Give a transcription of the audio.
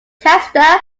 testa